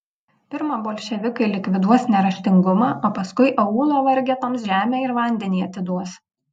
pirma bolševikai likviduos neraštingumą o paskui aūlo vargetoms žemę ir vandenį atiduos